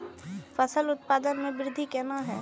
फसल उत्पादन में वृद्धि केना हैं?